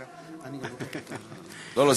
לא, לא.